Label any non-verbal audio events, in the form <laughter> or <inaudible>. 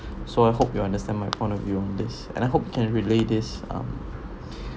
so I hope you understand my point of view on this and I hope you can relay this um <breath>